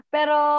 Pero